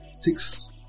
six